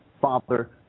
Father